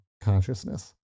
consciousness